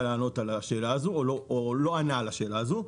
לענות על השאלה הזו או לא ענה על השאלה הזו.